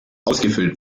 ausgefüllt